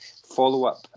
follow-up